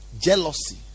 Jealousy